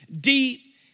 deep